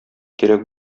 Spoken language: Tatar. кирәк